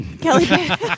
Kelly